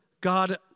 God